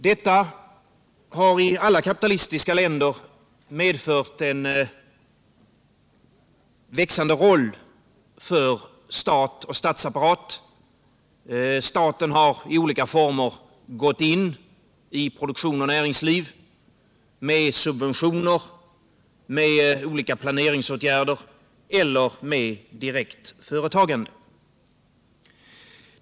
Detta har i alla kapitalistiska länder medfört en växande roll för stat och statsapparat. Staten har i olika former gått in i produktion och näringsliv med subventioner, med olika planeringsåtgärder eller med direkt företagande.